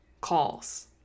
calls